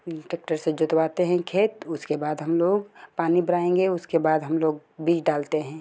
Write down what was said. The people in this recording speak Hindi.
टेकटर से जुतवाते हैं खेत उसके बाद हम लोग पानि बराएंगे उसके बाद हम लोग बीज डालते हैं